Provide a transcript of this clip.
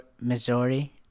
Missouri